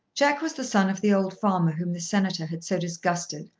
jack was the son of the old farmer whom the senator had so disgusted,